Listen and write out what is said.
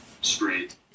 straight